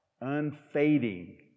unfading